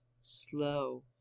slow